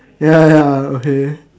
ya ya okay